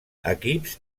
equips